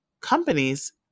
companies